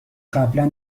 قبلا